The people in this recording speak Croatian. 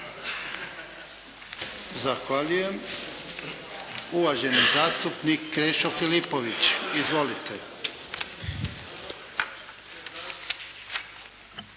Zahvaljujem. Uvaženi zastupnik Krešo Filipović. Izvolite.